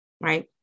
right